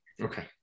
Okay